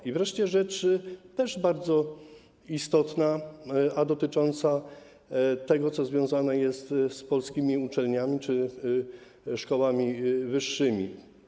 I wreszcie rzecz też bardzo istotna, a dotycząca tego, co związane jest z polskimi uczelniami czy szkołami wyższymi.